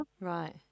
Right